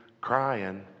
crying